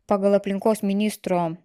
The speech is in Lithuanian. pagal aplinkos ministro